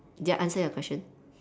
ya answer your question